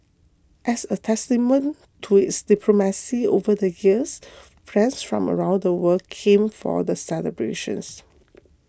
as a testament to its diplomacy over the years friends from around the world came for the celebrations